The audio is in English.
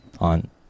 on